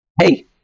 hey